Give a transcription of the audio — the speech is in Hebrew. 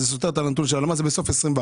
והוא סותר את הנתון של הלמ"ס - אם הוא מסוף 2021,